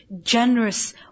generous